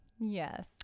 Yes